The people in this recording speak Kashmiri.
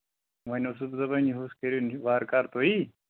وۄنۍ اوسُس بہٕ دَپان یِہُس کٔرۍوُن یہِ وارٕ کارٕ تُہی